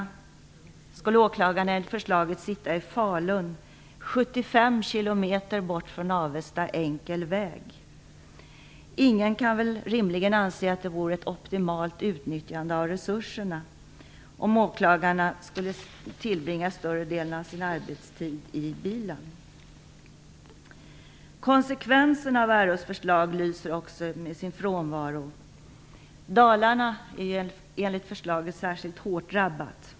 Där skulle åklagarna enligt förslaget sitta i Falun, 75 km från Avesta enkel väg. Ingen kan väl rimligen anse att det vore ett optimalt utnyttjande av resurserna om åklagarna skulle tillbringa större delen av sin arbetstid i bilen. Konsekvenserna av RÅ:s förslag lyser också med sin frånvaro. Dalarna blir enligt förslaget särskilt hårt drabbat.